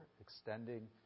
extending